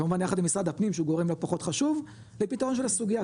כמובן יחד עם משרד הפנים שהוא גורם לא פחות חשוב לפתרון של הסוגייה,